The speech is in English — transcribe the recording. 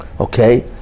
okay